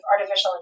artificial